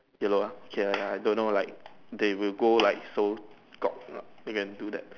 yellow ah okay I I don't know lah they will go like so cock lah they can do that